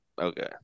Okay